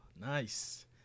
Nice